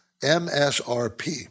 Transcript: MSRP